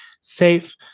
safe